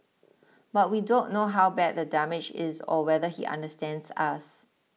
but we don't know how bad the damage is or whether he understands us